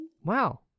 Wow